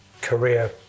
career